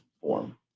form